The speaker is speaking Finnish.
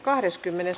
asia